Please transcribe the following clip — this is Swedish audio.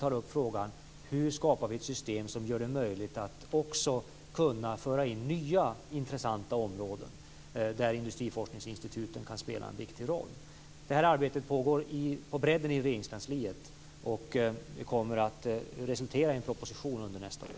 Vidare tas frågan upp om hur vi skapar ett system som gör det möjligt att också kunna föra in nya intressanta områden där industriforskningsinstituten kan spela en viktig roll. Arbetet pågår på bredden i Regeringskansliet och kommer att resultera i en proposition under nästa år.